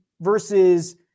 versus